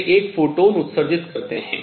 वे एक फोटॉन उत्सर्जित करते हैं